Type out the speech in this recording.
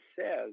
says